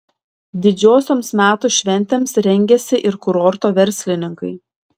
didžiosioms metų šventėms rengiasi ir kurorto verslininkai